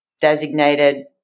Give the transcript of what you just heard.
designated